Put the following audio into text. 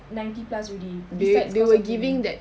ninety plus already besides cost of school